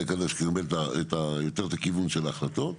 הזה שנקבל יותר את הכיוון של ההחלטות.